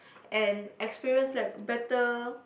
and experience like better